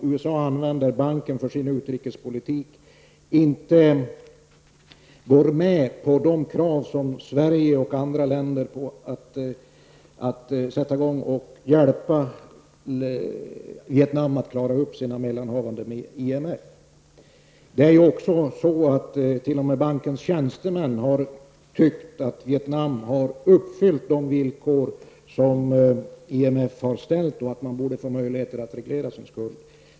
USA använder banken för sin utrikespolitik och går inte med på krav från Sverige och andra länder att hjälpa Vietnam att klara upp sina mellanhavanden med IMF. T.o.m. bankens tjänstemän har ansett att Vietnam har uppfyllt de villkor som IMF har ställt och att man därför borde få möjlighet att reglera sin skuld.